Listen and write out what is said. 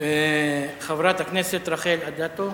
חברת הכנסת רחל אדטו,